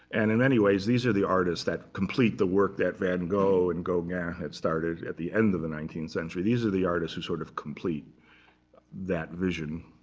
and in many ways, these are the artists that complete the work that van gogh and gauguin had started at the end of the nineteenth century. these are the artist who sort of complete that vision.